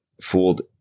fooled